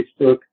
Facebook